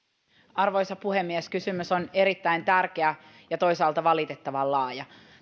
arvoisa puhemies kysymys on erittäin tärkeä ja toisaalta valitettavan laaja